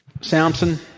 Samson